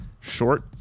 short